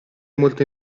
molto